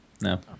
No